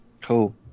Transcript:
Cool